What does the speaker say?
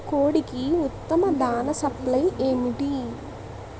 కోడికి ఉత్తమ దాణ సప్లై ఏమిటి?